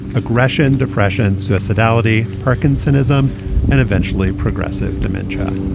aggression, depression, suicidality, parkinsonism and eventually progressive dementia.